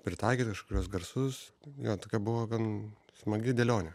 pritaikyt kažkuriuos garsus jo tokia buvo gan smagi dėlionė